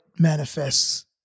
manifests